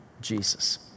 Jesus